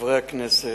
חברי הכנסת,